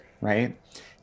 right